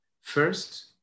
first